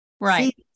Right